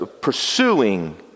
pursuing